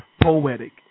poetic